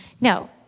No